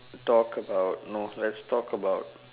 talk about no let's talk about